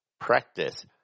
practice